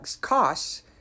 costs